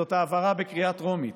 זאת העברה בקריאה טרומית,